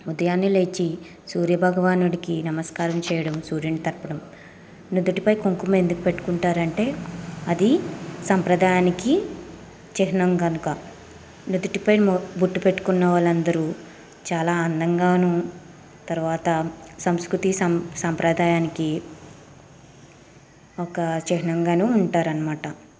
ఉదయాన్నే లేచి సూర్య భగవానుడికి నమస్కారం చేయడం సూర్యునితర్పణం నుదుటిపై కుంకుమ ఎందుకు పెట్టుకుంటారంటే అది సాంప్రదాయానికి చిహ్నం కనుక నుదుటిపై బొట్టు పెట్టుకున్న వాళ్ళందరూ చాలా అందంగానూ తర్వాత సంస్కృతి సం సాంప్రదాయానికి ఒక చిహ్నంగాను ఉంటారన్నమాట